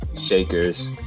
Shakers